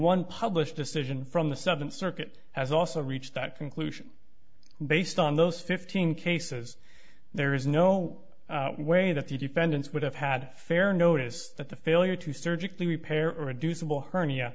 one published decision from the southern circuit has also reached that conclusion based on those fifteen cases there is no way that the defendants would have had fair notice that the failure to surgically repaired or a deuce of a hernia